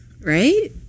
right